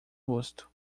rosto